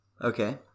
Okay